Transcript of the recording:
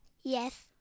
Yes